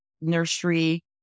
nursery